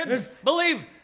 believe